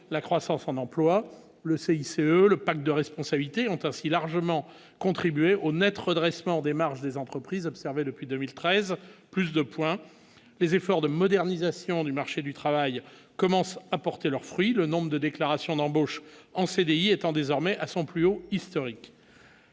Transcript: la croissance en emplois, le CICE, le pacte de responsabilité ont ainsi largement contribué au Net redressement des marges des entreprises observée depuis 2013 plus de points, les efforts de modernisation du marché du travail, commencent à porter leurs fruits : le nombre de déclarations d'embauches en CDI étant désormais à son plus haut historique.